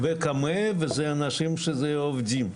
וקמ"ע, זה אנשים שעובדים.